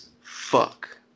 fuck